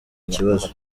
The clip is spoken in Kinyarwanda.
kibazo